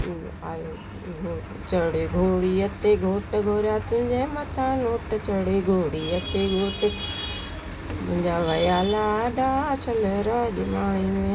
चढ़ घोड़ीअ ते घोट घोरां तुंहिंजे मथां नोट चढ़ घोड़ीअ ते घोट मुंहिंजा वया लाॾा शलु राॼु माणींदे